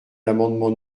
l’amendement